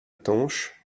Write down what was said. tanche